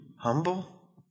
humble